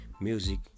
music